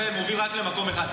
זה מוביל רק למקום אחד.